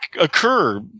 occur